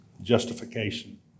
justification